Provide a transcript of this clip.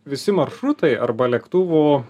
visi maršrutai arba lėktuvų